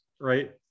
right